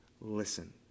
listen